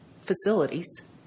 facilities